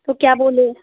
तो क्या बोलो